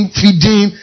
feeding